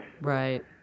Right